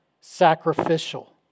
sacrificial